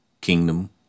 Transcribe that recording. kingdom